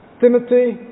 Timothy